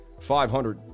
500